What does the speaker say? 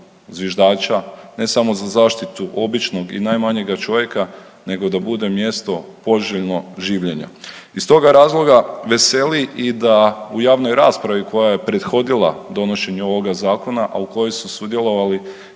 zviždača, ne samo za zaštitu običnog i najmanjega čovjeka, nego da bude mjesto poželjno življenja. Iz toga razloga veseli i da u javnoj raspravi koja je prethodila donošenju ovoga zakona, a u kojoj su sudjelovali